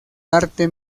arte